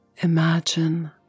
Imagine